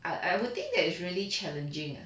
I I will think that it's really challenging ah